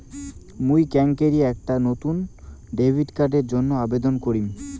মুই কেঙকরি একটা নতুন ডেবিট কার্ডের জন্য আবেদন করিম?